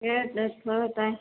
یہ دس بہت ہیں